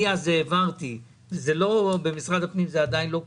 אני אז העברתי, במשרד הפנים זה עדיין לא קיים,